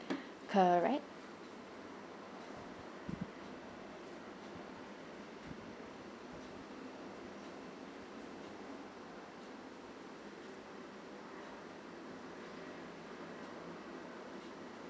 correct